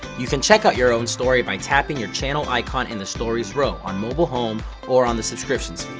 you can check out your own story by tapping your channel icon in the stories row on mobile home or on the subscriptions